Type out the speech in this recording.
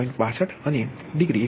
62 અને ડિગ્રી 108